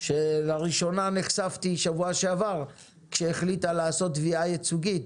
שלראשונה נחשפתי בשבוע שעבר כשהחליטה לעשות תביעה ייצוגית